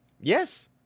Yes